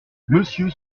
monsieur